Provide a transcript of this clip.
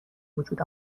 وجود